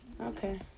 Okay